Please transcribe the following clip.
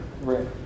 Right